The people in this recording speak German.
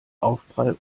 aufprall